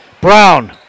Brown